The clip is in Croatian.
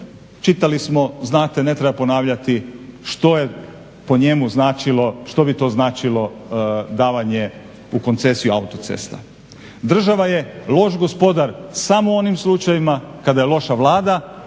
Čitali smo znate ne treba ponavljati što je po njemu značilo, što bi to značilo davanje u koncesiju autocesta. Država je loš gospodar samo onim slučajevima kada je loša Vlada,